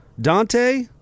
Dante